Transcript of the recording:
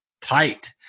tight